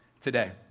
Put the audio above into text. today